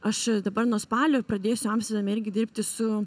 aš dabar nuo spalio pradėsiu amsterdame irgi dirbti su